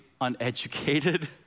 uneducated